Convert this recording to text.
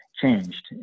changed